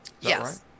Yes